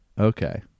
Okay